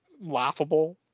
laughable